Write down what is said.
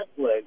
Netflix